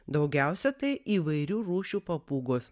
daugiausiai tai įvairių rūšių papūgos